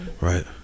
Right